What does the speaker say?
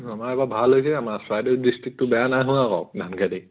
আমাৰ এইবাৰ ভাল হৈছে আমাৰ চৰাইদেউ ডিষ্ট্ৰিক্টটো বেয়া নাই হোৱা আকৌ ধান খেতি